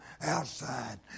outside